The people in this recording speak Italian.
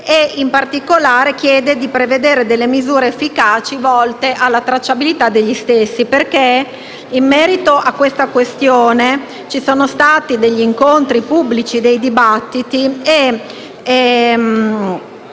in particolare chiede di prevedere delle misure efficaci volte alla tracciabilità degli stessi. In merito alla questione ci sono stati incontri pubblici e dibattiti,